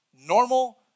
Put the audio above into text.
normal